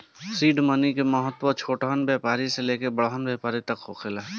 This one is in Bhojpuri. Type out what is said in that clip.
सीड मनी के महत्व छोटहन व्यापार से लेके बड़का तक होखेला